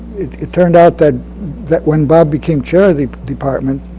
it turned out that that when bob became chair of the department,